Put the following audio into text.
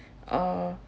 err